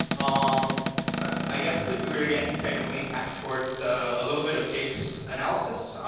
um i guess that we would, again, kind of lean back towards a little bit of jake's analysis.